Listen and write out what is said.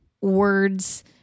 words